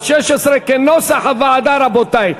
(16) כנוסח הוועדה, רבותי.